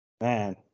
man